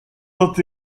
vingt